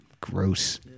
gross